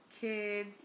kid